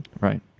Right